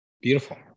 beautiful